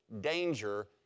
danger